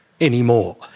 anymore